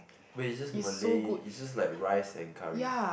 wait is just Malay is just like rice and curry